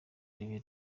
igihe